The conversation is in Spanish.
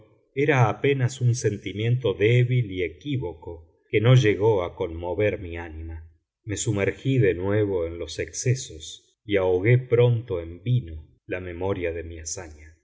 era apenas un sentimiento débil y equívoco que no llegó a conmover mi ánima me sumergí de nuevo en los excesos y ahogué pronto en vino la memoria de mi hazaña